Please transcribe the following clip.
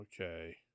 Okay